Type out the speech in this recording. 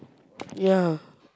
ya